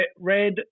red